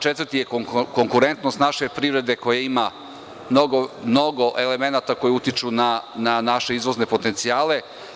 Četvrti je konkurentnost naše privrede koja ima mnogo elemenata koji utiču na naše izvozne potencijale.